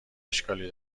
اشکالی